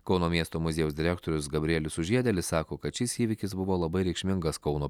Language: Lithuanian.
kauno miesto muziejaus direktorius gabrielius sužiedėlis sako kad šis įvykis buvo labai reikšmingas kauno